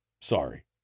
Sorry